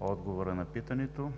отговора на питането.